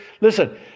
Listen